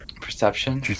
perception